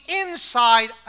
inside